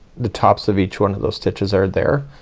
the tops of each one of those stitches are there.